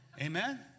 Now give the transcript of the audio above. Amen